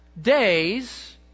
days